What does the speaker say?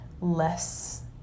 less